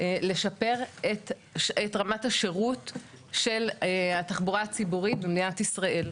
לשפר את רמת השירות של התחבורה הציבורית במדינת ישראל,